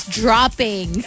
dropping